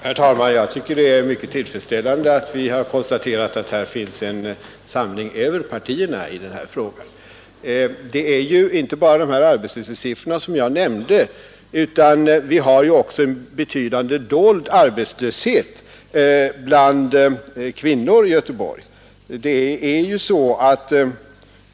Herr talman! Jag tycker det är mycket tillfredsställande att vi har konstaterat att det här finns en samling över partierna i denna fråga. Det gäller ju inte bara de arbetslöshetssiffror som jag nämnde. Vi har också en betydande dold arbetslöshet bland kvinnor i Göteborg.